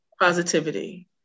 Positivity